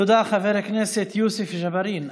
תודה, חבר הכנסת יוסף ג'בארין.